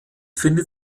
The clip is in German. findet